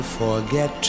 forget